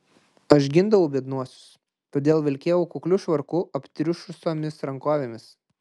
aš gindavau biednuosius todėl vilkėjau kukliu švarku aptriušusiomis rankovėmis